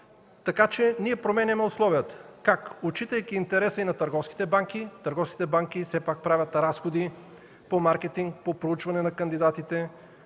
Така че ние променяме условията. Как? Отчитайки интереса и на търговските банки – търговските банки все пак правят разходи по маркетинг, по проучване на кандидатите,